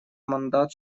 мандат